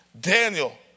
Daniel